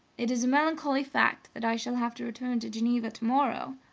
it is a melancholy fact that i shall have to return to geneva tomorrow.